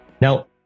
Now